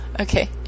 Okay